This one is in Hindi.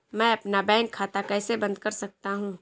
मैं अपना बैंक खाता कैसे बंद कर सकता हूँ?